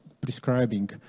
prescribing